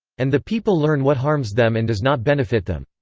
and the people learn what harms them and does not benefit them.